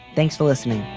thanks for listening